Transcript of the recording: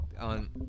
on